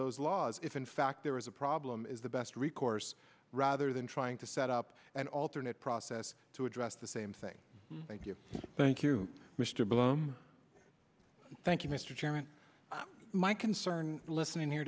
those laws if in fact there is a problem is the best recourse rather than trying to set up an alternate process to address the same thing thank you thank you mr bloom thank you mr chairman my concern listening here